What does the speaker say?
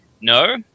no